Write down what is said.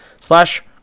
slash